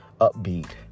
upbeat